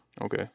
Okay